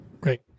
Great